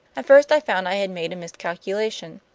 at first i found i had made a miscalculation.